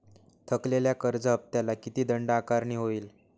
थकलेल्या कर्ज हफ्त्याला किती दंड आकारणी होईल?